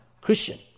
Christian